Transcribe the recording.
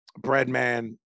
Breadman